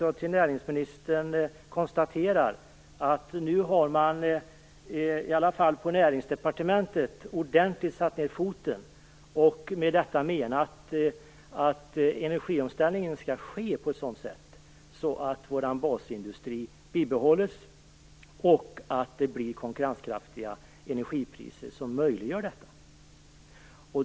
Jag konstaterar därmed att man nu på Näringsdepartementet ordentligt har satt ner foten och med detta menat att energiomställningen skall ske på ett sådant sätt att vår basindustri bibehålles och att man får konkurrenskraftiga energipriser som möjliggör detta.